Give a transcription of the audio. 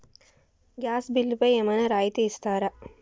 Gas బిల్లుపై ఏమైనా రాయితీ ఇస్తారా?